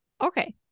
Okay